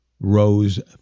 rose